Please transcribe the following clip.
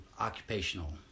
occupational